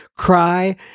cry